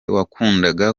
wakundaga